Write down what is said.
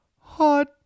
Hot